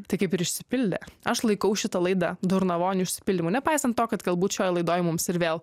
tai kaip ir išsipildė aš laikau šitą laidą durnavonių išsipildymu nepaisant to kad galbūt šioj laidoj mums ir vėl